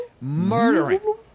Murdering